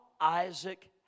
Isaac